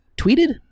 Tweeted